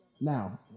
Now